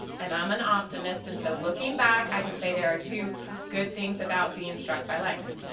and i'm an optimist. and so looking back i can say there are two good things about being struck by lightning